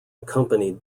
accompanied